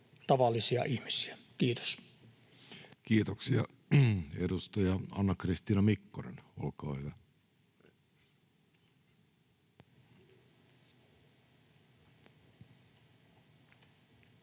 tavallisia ihmisiä. — Kiitos. Kiitoksia. — Edustaja Anna-Kristiina Mikkonen, olkaa hyvä.